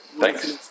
Thanks